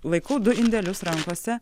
laikau du indelius rankose